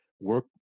work